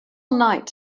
night